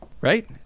Right